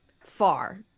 far